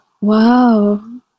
Wow